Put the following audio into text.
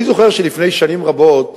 אני זוכר שלפני שנים רבות